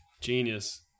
genius